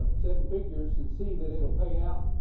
um seven figures, and see that it'll pay out.